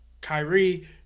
Kyrie